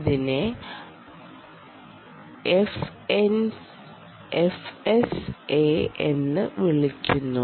ഇതിനെ എഫ്എസ്എ എന്നും വിളിക്കുന്നു